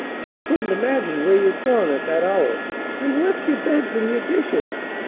she couldn't imagine where you'd gone at that hour an' left your beds and your dishes.